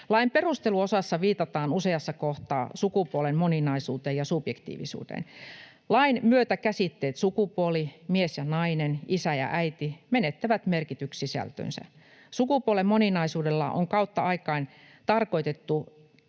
Lain perusteluosassa viitataan useassa kohtaa sukupuolen moninaisuuteen ja subjektiivisuuteen. Lain myötä käsitteet ”sukupuoli”, ”mies ja nainen” sekä ”isä ja äiti” menettävät merkityssisältönsä. Sukupuolen moninaisuudella on kautta aikain tarkoitettu,